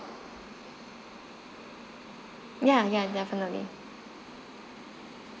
yeah yeah definitely